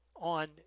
on